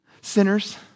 Sinners